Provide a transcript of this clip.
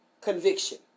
conviction